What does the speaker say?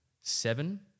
seven